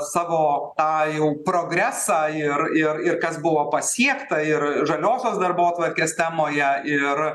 savo tą jau progresą ir ir ir kas buvo pasiekta ir žaliosios darbotvarkės temoje ir